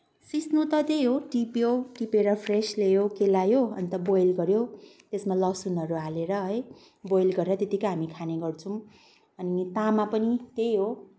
सिस्नो त त्यही हो टिप्यो टिपेर फ्रेस ल्यायो केलायो अन्त बोइल गऱ्यो त्यसमा लसुनहरू हालेर है बोइल गरेर त्यत्तिकै हामीले खाने गर्छौँ अनि तामा पनि त्यही हो